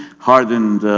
hardened